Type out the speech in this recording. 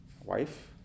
wife